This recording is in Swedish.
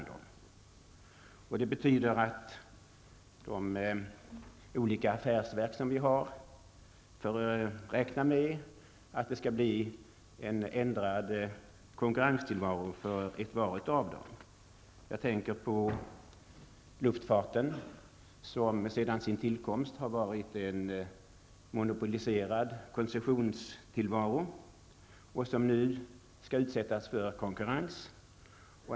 Det betyder att de olika affärsverken får räkna med att det blir en ändrad konkurrenstillvaro för vart och ett av dem. Jag tänker på luftfarten, som sedan sin tillkomst har fört en monopoliserad koncessionstillvaro men som nu skall utsättas för konkurrens.